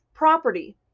Property